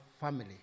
family